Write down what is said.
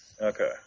Okay